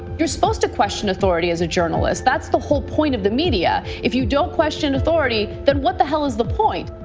you're supposed to question authority as a journalist. that's the whole point of the media. if you don't question authority, then what the hell is the point?